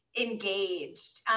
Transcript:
engaged